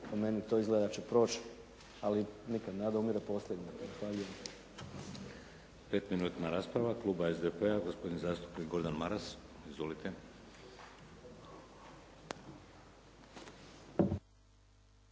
po meni izgleda da će proći, ali nikad nada umire posljednja. Zahvaljujem.